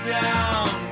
down